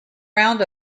round